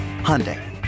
Hyundai